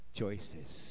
choices